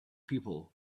people